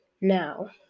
now